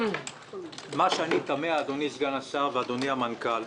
מה שאני תמה, אדוני סגן השר ואדוני המנכ"ל,